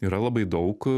yra labai daug